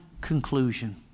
conclusion